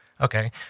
Okay